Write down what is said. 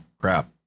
crap